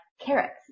carrots